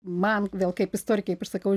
man vėl kaip istorikei kaip ir sakau